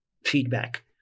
feedback